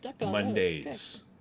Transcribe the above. monday's